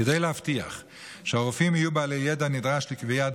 כדי להבטיח שהרופאים יהיו בעלי ידע נדרש לקביעת